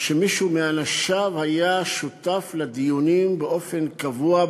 שמישהו מאנשיו היה שותף לדיונים באופן קבוע,